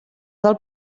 del